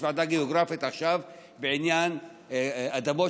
יש ועדה גיאוגרפית עכשיו בעניין האדמות